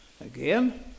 again